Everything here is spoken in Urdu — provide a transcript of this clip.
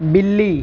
بِلّی